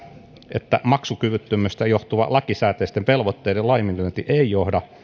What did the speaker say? että maksukyvyttömyydestä johtuva lakisääteisten velvoitteiden laiminlyönti ei johda